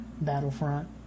Battlefront